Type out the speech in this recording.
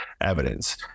evidence